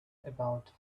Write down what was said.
about